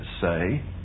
say